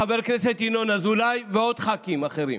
חבר הכנסת ינון אזולאי וח"כים אחרים.